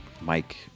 Mike